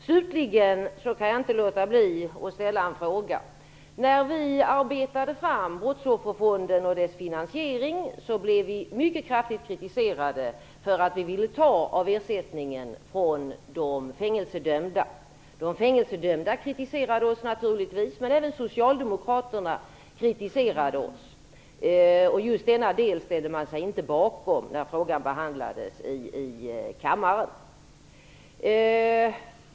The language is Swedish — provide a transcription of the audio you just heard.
Slutligen kan jag inte låta bli att ställa en fråga. När vi arbetade fram Brottsofferfonden och dess finansiering blev vi mycket kraftigt kritiserade för att vi ville ta av ersättningen från de fängelsedömda. De fängelsedömda kritiserade oss naturligtvis. Men även socialdemokraterna kritiserade oss. Just denna del ställde man sig inte bakom när frågan behandlades i kammaren.